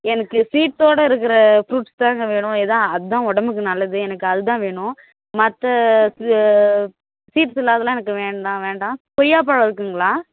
எனக்கு சீட்ஸ்ஸோட இருக்குகிற ஃபுரூட்ஸ் தாங்க வேணும் ஏன்னா அதான் உடம்புக்கு நல்லது எனக்கு அது தான் வேணும் மற்ற சீப்பு இல்லாததெலாம் எனக்கு வேண்டாம் வேண்டாம் கொய்யாப்பழம் இருக்குதுங்களா